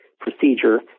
procedure